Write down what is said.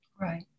Right